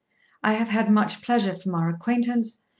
i have had much pleasure from our acquaintance,